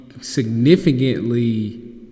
significantly